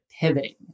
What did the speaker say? pivoting